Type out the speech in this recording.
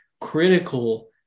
critical